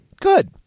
Good